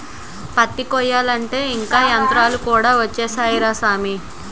పత్తి కొయ్యాలంటే ఇంక యంతరాలు కూడా ఒచ్చేసాయ్ రా సామీ